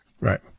Right